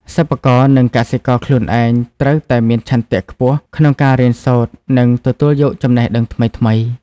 សិប្បករនិងកសិករខ្លួនឯងត្រូវតែមានឆន្ទៈខ្ពស់ក្នុងការរៀនសូត្រនិងទទួលយកចំណេះដឹងថ្មីៗ។